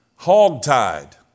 hogtied